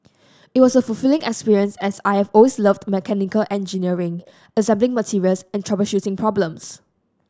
it was a fulfilling experience as I always loved mechanical engineering assembling materials and troubleshooting problems